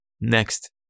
next